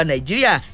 Nigeria